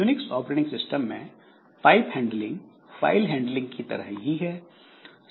Unix operating system में pipe handling file handling की तरह ही है